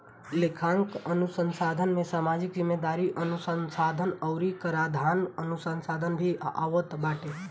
लेखांकन अनुसंधान में सामाजिक जिम्मेदारी अनुसन्धा अउरी कराधान अनुसंधान भी आवत बाटे